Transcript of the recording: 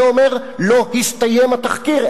ואומר: לא הסתיים התחקיר,